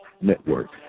Network